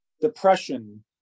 depression